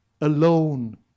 alone